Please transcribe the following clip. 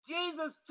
Jesus